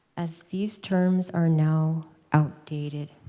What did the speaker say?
as these terms are now outdated